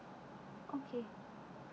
okay